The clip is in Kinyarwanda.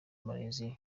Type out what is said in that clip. malaysia